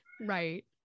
Right